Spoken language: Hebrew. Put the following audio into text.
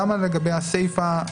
גם לגבי הסיפא,